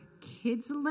kid's